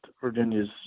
Virginia's